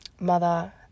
mother